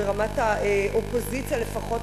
ברמת האופוזיציה לפחות,